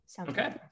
Okay